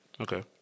Okay